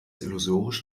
illusorisch